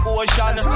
ocean